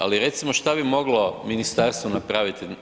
Ali, recimo, što bi moglo ministarstvo napraviti.